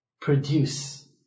produce